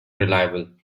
reliable